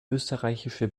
österreichische